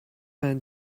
vingt